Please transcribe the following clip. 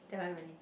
that one really